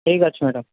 ଠିକ୍ ଅଛି ମ୍ୟାଡ଼ାମ୍